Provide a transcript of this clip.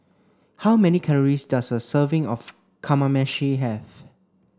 how many calories does a serving of Kamameshi have